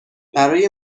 برای